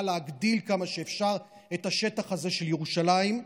להגדיל כמה שאפשר את השטח הזה של ירושלים,